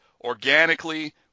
organically